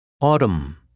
Autumn